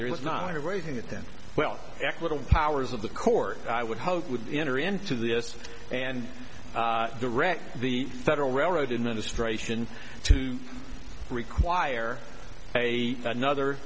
there is not a raising it then well equitable powers of the court i would hope would enter into this and direct the federal railroad administration to require a another